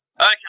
Okay